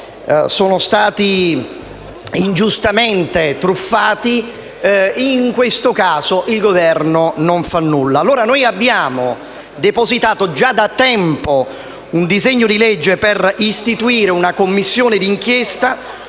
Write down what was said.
sono stati ingiustamente truffati, in questo caso il Governo non fa nulla. Noi abbiamo depositato già da tempo un disegno di legge per istituire una Commissione d'inchiesta